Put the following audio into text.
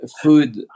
food